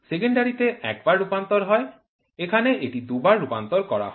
secondary তে একবার রূপান্তর হয় এখানে এটি দুবার রূপান্তর করা হয়